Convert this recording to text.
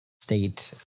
state